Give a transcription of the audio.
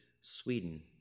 Sweden